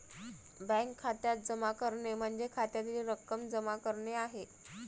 bank खात्यात जमा करणे म्हणजे खात्यातील रक्कम जमा करणे आहे